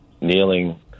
kneeling